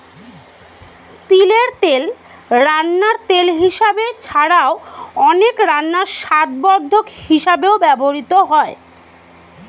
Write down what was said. তিলের তেল রান্নার তেল হিসাবে ছাড়াও, অনেক রান্নায় স্বাদবর্ধক হিসাবেও ব্যবহৃত হয়